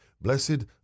Blessed